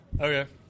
Okay